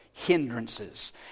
hindrances